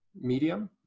medium